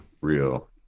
real